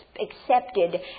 accepted